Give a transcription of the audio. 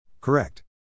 Correct